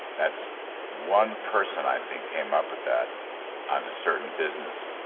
that's one person i think came up with that on a certain business,